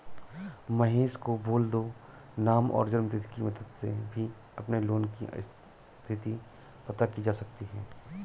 महेश को बोल दो नाम और जन्म तिथि की मदद से भी अपने लोन की स्थति पता की जा सकती है